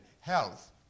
health